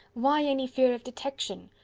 why any fear of detection?